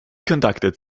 conducted